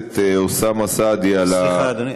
הכנסת אוסאמה סעדי על, סליחה, אדוני.